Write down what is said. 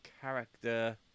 character